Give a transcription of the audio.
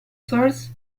source